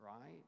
right